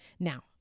Now